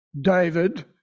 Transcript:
David